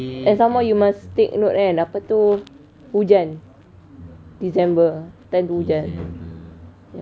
and some more you must take note eh apa tu hujan december time hujan ya